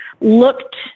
looked